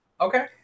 Okay